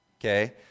okay